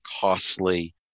costly